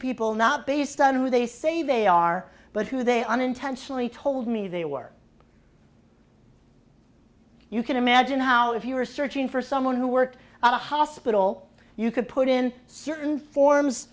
people not based on who they say they are but who they are intentionally told me they were you can imagine how if you were searching for someone who worked at a hospital you could put in certain forms